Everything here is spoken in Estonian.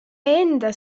enda